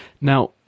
Now